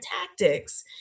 tactics